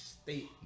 state